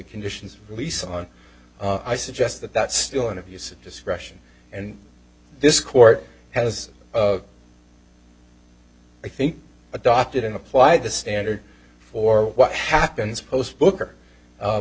conditions of release on i suggest that that's still an abuse of discretion and this court has of i think adopted and applied the standard for what happens post booker